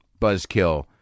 buzzkill